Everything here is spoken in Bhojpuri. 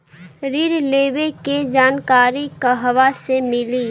ऋण लेवे के जानकारी कहवा से मिली?